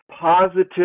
positive